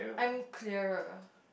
I'm clearer